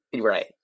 Right